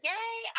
Yay